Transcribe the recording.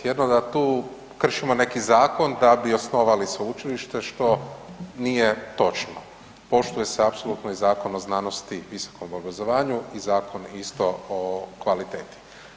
Jedna je da tu kršimo neki zakon da bi osnovali sveučilište, što nije točno, poštuje se apsolutno i Zakon o znanosti i visokom obrazovanju i Zakon isto o kvaliteti.